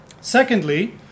Secondly